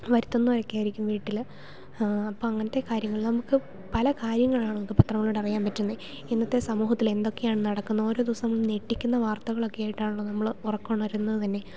വരുത്തുന്നവർ ഒക്കെ ആയിരിക്കും വീട്ടിൽ അപ്പം അങ്ങനത്തെ കാര്യങ്ങൾ നമുക്ക് പല കാര്യങ്ങളാണ് നമുക്ക് പത്രങ്ങളൂടെ അറിയാൻ പറ്റുന്നത് ഇന്നത്തെ സമൂഹത്തിൽ എന്തൊക്കെയാണ് നടക്കുന്ന ഓരോ ദിവസം ഞെട്ടിക്കുന്ന വാർത്തകളൊക്കെ ആയിട്ടാണല്ലോ നമ്മൾ ഉറക്കാം ഉണരുന്നത് തന്നെ